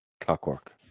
clockwork